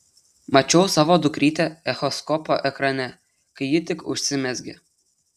mačiau savo dukrytę echoskopo ekrane kai ji tik užsimezgė